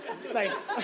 thanks